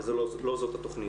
לא זאת התכנית.